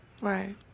Right